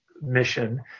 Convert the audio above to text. mission